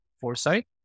Foresight